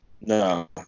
No